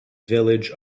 village